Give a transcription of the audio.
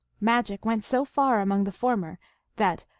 magic went so far among the former that,